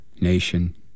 Nation